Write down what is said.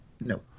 No